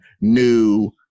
new